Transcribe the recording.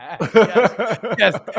Yes